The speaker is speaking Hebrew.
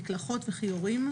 מקלחות וכיורים,